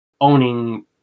owning